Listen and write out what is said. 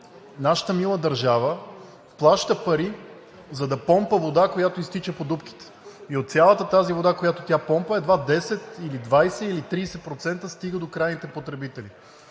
нашата мила държава плаща пари, за да помпа вода, която изтича по дупките. От цялата тази вода, която тя помпа едва 10 или 20, или 30% стига до крайните потребители.